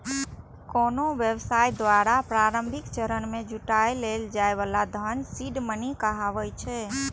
कोनो व्यवसाय द्वारा प्रारंभिक चरण मे जुटायल जाए बला धन सीड मनी कहाबै छै